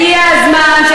הגיע הזמן, איזה מענה?